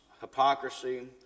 hypocrisy